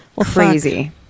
Crazy